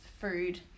food